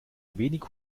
wenig